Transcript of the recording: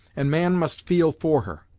and man must feel for her.